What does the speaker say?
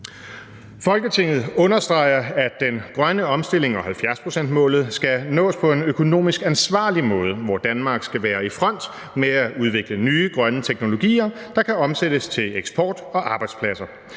»Folketinget understreger, at den grønne omstilling og 70 pct.-målet skal nås på en økonomisk ansvarlig måde, hvor Danmark skal være i front med at udvikle nye, grønne teknologier, der kan omsættes til eksport og arbejdspladser.